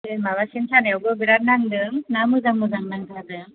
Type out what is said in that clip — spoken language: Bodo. बे माबा सेन सानायावबो बेराथ नांदों ना मोजां मोजां नांथारदों